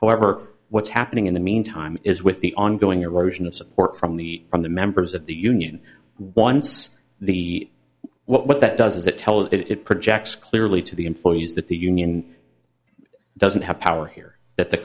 her what's happening in the meantime is with the ongoing erosion of support from the from the members of the union once the what that does is it tell it it projects clearly to the employees that the union doesn't have power here that the